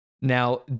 now